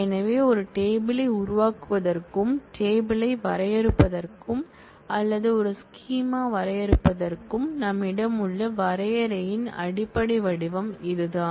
எனவே ஒரு டேபிள் யை உருவாக்குவதற்கும் டேபிள் யை வரையறுப்பதற்கும் அல்லது ஒரு ஸ்கீமா வரையறுப்பதற்கும் நம்மிடம் உள்ள வரையறையின் அடிப்படை வடிவம் இதுதான்